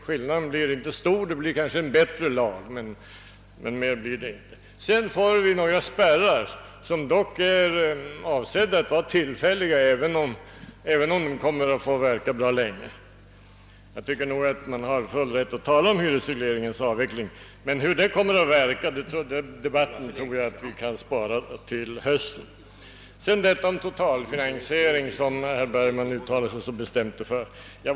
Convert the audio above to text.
Skillnaden blir inte stor; det blir kanske en bättre lag, men inte mer. Sedan får vi några spärrar, som dock är avsedda att vara tillfälliga även om de kommer att verka ganska länge. Enligt min mening har man full rätt att tala om hyresregleringens avveckling, men debatten om hur denna kommer att verka kan vi spara till hösten. Herr Bergman uttalar sig bestämt för en totalfinansiering.